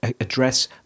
address